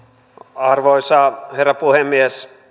arvoisa herra puhemies